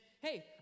hey